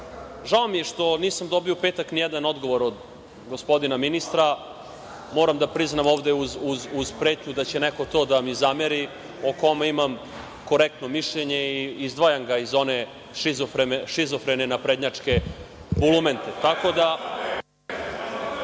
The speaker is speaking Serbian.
mi je što nisam dobio u petak nijedan odgovor od gospodina ministra. Moram da priznam ovde uz pretnju da će neko to da mi zameri, o kome imam korektno mišljenje i izdvajam ga iz one šizofrene naprednjačke bulumente. Tako da…